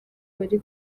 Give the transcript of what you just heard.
bari